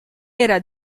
era